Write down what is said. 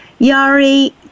Yari